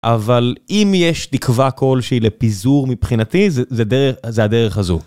אבל אם יש תקווה כלשהי לפיזור מבחינתי, זה הדרך הזו.